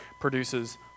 produces